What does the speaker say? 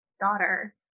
daughter